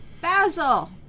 Basil